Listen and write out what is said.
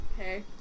Okay